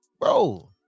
bro